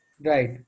Right